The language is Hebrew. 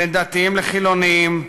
בין דתיים לחילונים,